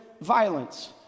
violence